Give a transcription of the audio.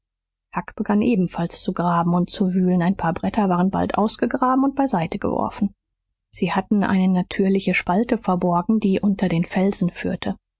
huck begann ebenfalls zu graben und zu wühlen ein paar bretter waren bald ausgegraben und beiseite geworfen sie hatten eine natürliche spalte verborgen die unter den felsen führte